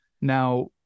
Now